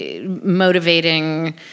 motivating